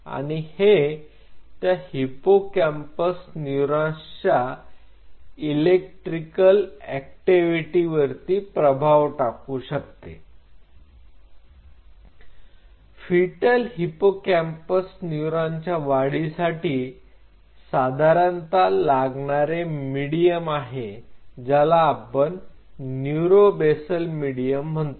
आणि हे त्या हिपोकॅम्पस न्यूरॉन्स च्या इलेक्ट्रिकल ऍक्टिव्हिटी वरती प्रभाव टाकते फिटल हिपोकॅम्पस न्यूरॉनच्या वाढीसाठी साधारणता लागणारे मिडीयम आहे त्याला आपण न्यूरो बेसल मिडीयम म्हणतो